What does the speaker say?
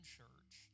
church